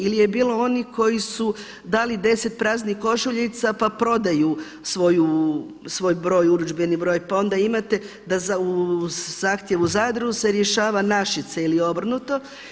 Ili je bilo onih koji su dali deset praznih košuljica pa prodaju svoj urudžbeni broj, pa onda imate da u zahtjevu u Zadru se rješava Našice ili obrnuto.